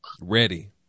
Ready